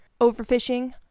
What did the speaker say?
overfishing